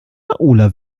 laola